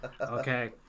okay